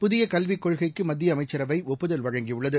புதிய கல்விக் கொள்கைக்கு மத்திய அமைச்சரவை ஒப்புதல் வழங்கியுள்ளது